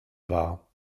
war